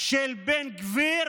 של בן גביר